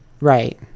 Right